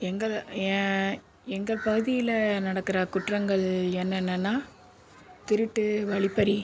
எங்களை ஏன் எங்கள் பகுதியில் நடக்கின்ற குற்றங்கள் என்னென்னன்னா திருட்டு வழிப்பறி